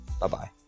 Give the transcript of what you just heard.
bye-bye